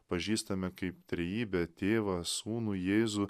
pažįstame kaip trejybę tėvą sūnų jėzų